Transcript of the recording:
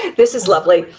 this is lovely.